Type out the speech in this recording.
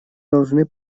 должны